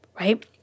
right